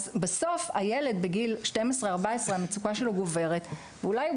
אז בסוף הילד בגיל 12-14 המצוקה שלו גוברת ואולי הוא